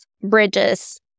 bridges